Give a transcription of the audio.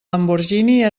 lamborghini